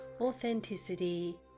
authenticity